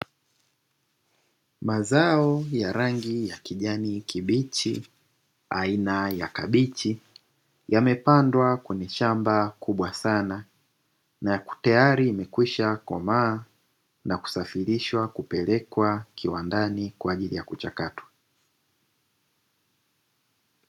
Mazao ya rangi ya kijani kibichi, aina ya kabichi, yamepandwa kwenye shamba kubwa sana, na tayari yamekwisha komaa na kusafirishwa kupelekwa kiwandani kwa ajili ya kuchakatwa.